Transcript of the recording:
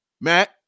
Matt